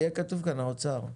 יהיה כתוב כאן האוצר.